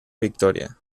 victoria